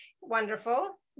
Wonderful